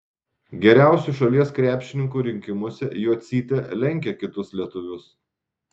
geriausių šalies krepšininkų rinkimuose jocytė lenkia kitus lietuvius